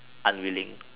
unwilling